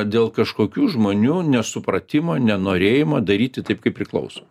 dėl kažkokių žmonių nesupratimo nenorėjimo daryti taip kaip priklauso